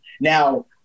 now